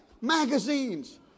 magazines